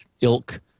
ilk